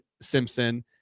Simpson